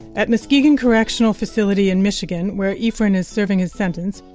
at muskegon correctional facility in michigan where efren is serving his sentence,